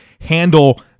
handle